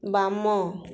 ବାମ